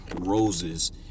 roses